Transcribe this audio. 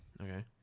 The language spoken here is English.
Okay